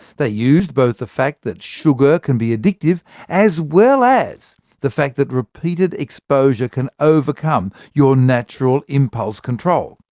they use both the fact that sugar can be addictive as well as the fact that repeated exposure can overcome your natural impulse control.